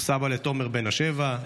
הוא סבא לתומר בן השבע,